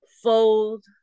Fold